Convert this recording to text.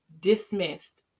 dismissed